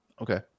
okay